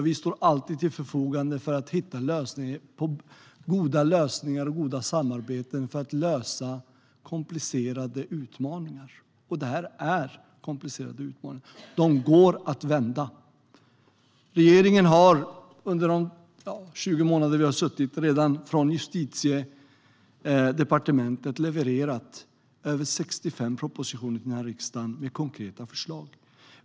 Vi står alltid till förfogande för att hitta goda lösningar och samarbeten för att lösa komplicerade utmaningar. Det här är komplicerade utmaningar; de går att lösa. Regeringen har, under de 20 månader vi har suttit vid makten, från Justitiedepartementet levererat över 65 propositioner med konkreta förslag till den här riksdagen.